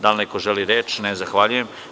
Da li neko želi reč? (Ne) Zahvaljujem.